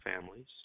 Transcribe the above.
families